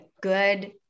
good